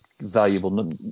valuable